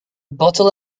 bottle